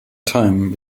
time